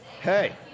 Hey